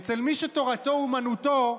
אצל מי שתורתו אומנותו,